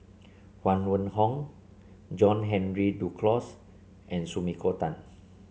Huang Wenhong John Henry Duclos and Sumiko Tan